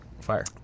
Fire